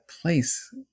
place